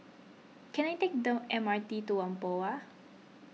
can I take the M R T to Whampoa